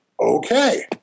Okay